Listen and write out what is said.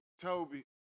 Toby